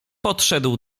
podszedł